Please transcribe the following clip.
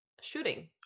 shooting